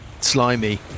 Slimy